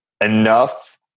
enough